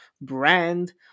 brand